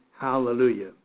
hallelujah